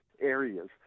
areas